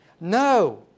No